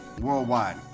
worldwide